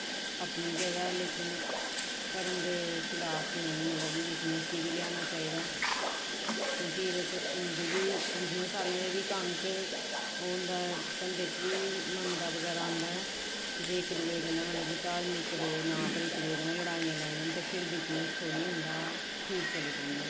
अपनी जगह लेकिन धर्म दे खलाफ मतलब कि बिज़नेस गी बी लेआना चाहिदा क्योंकि एह्दे च बिज़नेस आह्लें दे बी कम्म होंदा ऐ धंधे च बी मंदा बगैरा औंदा ऐ जे इक्क दूए कन्नै मतलब कि धार्मिक दे नांऽ उप्पर इक्क दूए कन्नै लड़ाइयां लड़न ते फिर बिज़नेस थोह्ड़े होंदा ठीक चली पौंदा